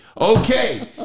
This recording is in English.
Okay